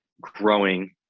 growing